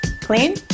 clean